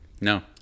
No